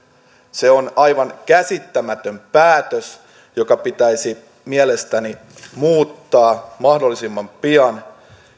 se on aivan käsittämätön päätös joka pitäisi mielestäni muuttaa mahdollisimman pian